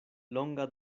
longa